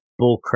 bullcrap